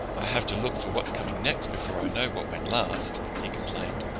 i have to look for what's coming next before i know what went last he complained.